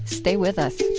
stay with us